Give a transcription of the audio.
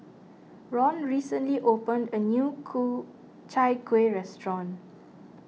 Ron recently opened a new Ku Chai Kueh restaurant